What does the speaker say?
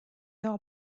are